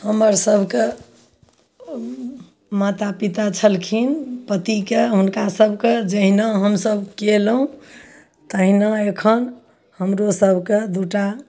हमर सबके माता पिता छलखिन पतिके हुनका सबके जहिना हमसब केलहुॅं तहिना एखन हमरो सबके दू टा